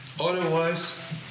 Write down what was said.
Otherwise